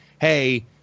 Hey